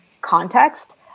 context